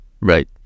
right